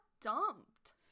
dumped